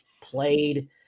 played